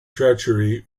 treachery